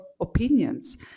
opinions